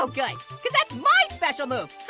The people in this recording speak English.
good, cause that's my special move.